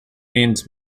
means